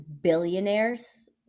billionaires